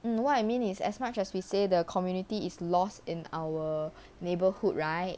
mm what I mean is as much as we say the community is lost in our neighbourhood right